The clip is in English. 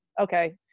Okay